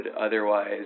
otherwise